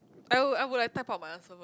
I would I would have typed out my answer first